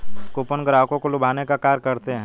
coupon ग्राहकों को लुभाने का कार्य करते हैं